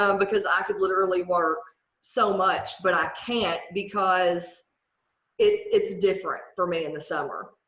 um because i could literally work so much but i can't because it's different for me in the summer.